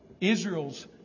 Israel's